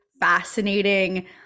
fascinating